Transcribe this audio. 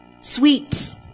sweet